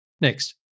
Next